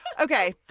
okay